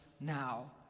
now